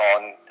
on